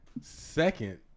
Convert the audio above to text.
second